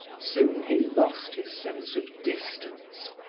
soon he lost his sense of distance,